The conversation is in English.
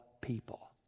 people